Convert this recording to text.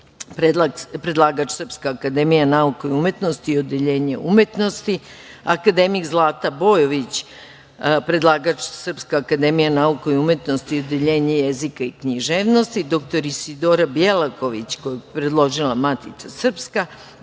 predlagač Srpska akademija nauka i umetnosti odeljenje umetnosti, akademik Zlata Bojović predlagač Srpska akademija nauka i umetnosti odeljenje jezika i književnosti, dr Isidora Bjelaković koju je predložila Matica srpska,